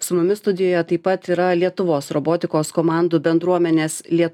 su mumis studijoje taip pat yra lietuvos robotikos komandų bendruomenės liet